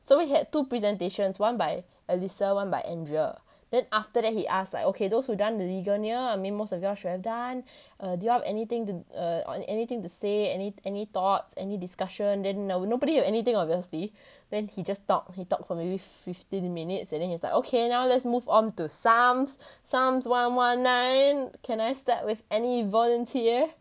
so we had two presentations one by elisa one by andrea then after that he ask like okay those who done the ligonier I mean most of yall should have done err do you have anything to err on anything to say any any thoughts any discussion then no nobody have anything obviously then he just talk he talk for maybe fifteen minutes and then he was like okay now let's move on to psalms psalms one one nine can I start with any volunteer